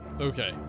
Okay